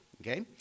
Okay